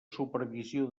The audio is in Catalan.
supervisió